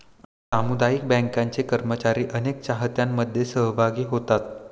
सामुदायिक बँकांचे कर्मचारी अनेक चाहत्यांमध्ये सहभागी होतात